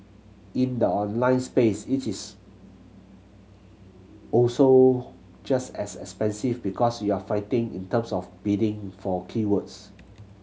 in the online space it is also just as expensive because you're fighting in terms of bidding for keywords